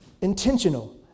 Intentional